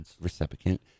Recipient